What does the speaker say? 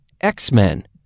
X-Men